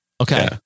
okay